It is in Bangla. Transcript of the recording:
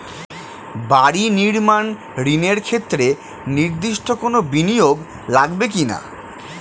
বাড়ি নির্মাণ ঋণের ক্ষেত্রে নির্দিষ্ট কোনো বিনিয়োগ লাগবে কি না?